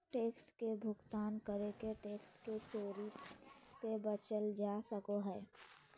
tax के भुगतान करके टैक्स के चोरी से बचल जा सको हय